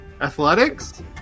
Athletics